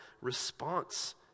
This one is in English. response